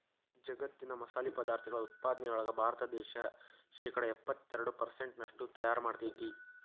ಜಗ್ಗತ್ತಿನ ಮಸಾಲಿ ಪದಾರ್ಥಗಳ ಉತ್ಪಾದನೆಯೊಳಗ ಭಾರತ ದೇಶ ಶೇಕಡಾ ಎಪ್ಪತ್ತೆರಡು ಪೆರ್ಸೆಂಟ್ನಷ್ಟು ತಯಾರ್ ಮಾಡ್ತೆತಿ